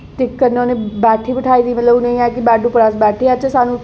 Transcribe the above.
ते कन्नै उ'नेंगी बैठे बठाए बी मतलब उ'नेंगी ऐ कि बैड उप्पर अस बैठी जाह्चै स्हानूं